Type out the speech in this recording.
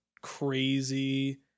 crazy